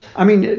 i mean,